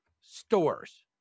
stores